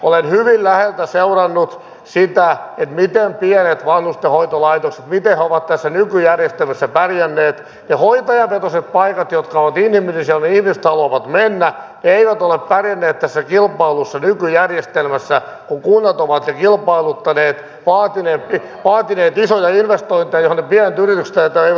olen hyvin läheltä seurannut sitä miten pienet vanhustenhoitolaitokset ovat tässä nykyjärjestelmässä pärjänneet ja hoitajavetoiset paikat jotka ovat inhimillisiä ja jonne ihmiset haluavat mennä eivät ole pärjänneet tässä kilpailussa nykyjärjestelmässä kun kunnat ovat ne kilpailuttaneet vaatineet isoja investointeja joihin ne pienet yritykset eivät ole kyenneet